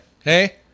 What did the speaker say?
Hey